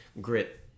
grit